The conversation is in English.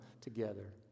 together